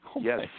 Yes